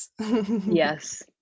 yes